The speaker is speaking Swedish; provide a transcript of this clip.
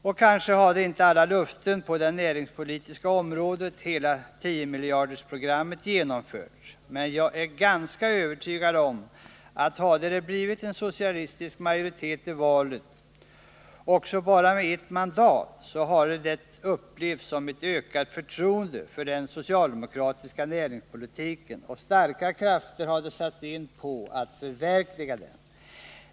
Och kanske hade inte alla löften på det näringspolitiska området — hela tiomiljardersprogrammet — genomförts, men jag är ganska övertygad om att hade det blivit socialistisk majoritet i valet, också med bara ett mandat, så hade det upplevts som ett ökat förtroende för den socialdemokratiska näringspolitiken, och starka krafter hade satts in på att förverkliga den.